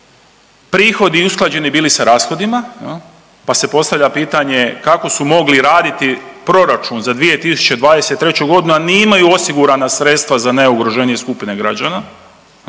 prihodi usklađeni bili sa rashodima jel, pa se postavlja pitanje kako su mogli raditi proračun za 2023.g., a nemaju osigurana sredstva za najugroženije skupine građana